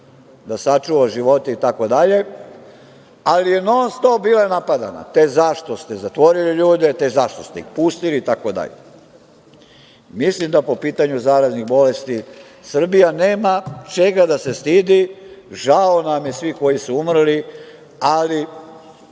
da sačuva živote, ali je non-stop bila napadana – te zašto ste zatvorili ljude, te zašto ste ih pustili itd. Mislim da po pitanju zaraznih bolesti Srbija nema čega da se stidi. Žao nam je svih koji su umrli, ali